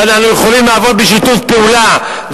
ואנחנו יכולים לעבוד בשיתוף פעולה,